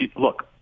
look